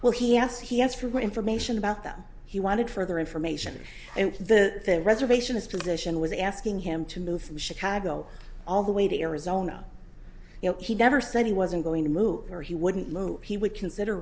well he s he asked for information about them he wanted further information and the reservation his position was asking him to move from chicago all the way to arizona you know he never said he wasn't going to move or he wouldn't he would consider